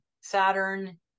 Saturn